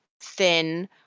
thin